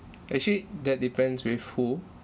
actually that depends with who